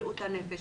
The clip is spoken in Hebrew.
בריאות הנפש.